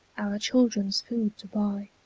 our childrens food to buy.